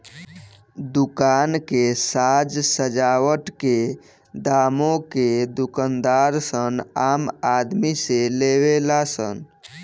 दुकान के साज सजावट के दामो के दूकानदार सन आम आदमी से लेवे ला सन